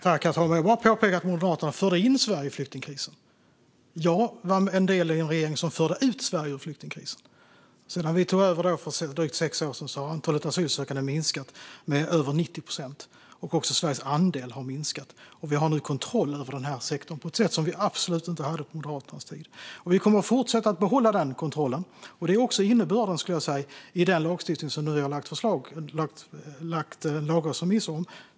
Herr talman! Jag vill bara påpeka att Moderaterna förde in Sverige i flyktingkrisen. Jag var en del i en regering som förde ut Sverige ur flyktingkrisen. Sedan vi tog över för drygt sex år sedan har antalet asylsökande minskat med över 90 procent. Också Sveriges andel har minskat, och vi har nu kontroll över den här sektorn på ett sätt som vi absolut inte hade på Moderaternas tid. Vi kommer att behålla den kontrollen. Det är också innebörden i den lagstiftning som vi nu lagt fram en lagrådsremiss om.